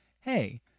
hey